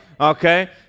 Okay